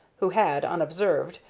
who had, unobserved,